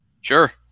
Sure